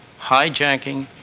hijacking,